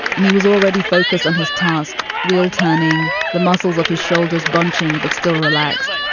and he was already focused on his task will turning the muscles of his shoulders, bunching but still relaxed,